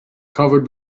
covered